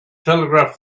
telegraph